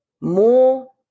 more